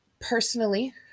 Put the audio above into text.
Personally